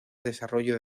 desarrollo